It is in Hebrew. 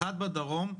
אחד בדרום,